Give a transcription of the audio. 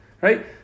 right